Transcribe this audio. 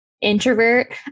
introvert